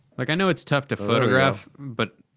like, i know it's tough to photograph, but.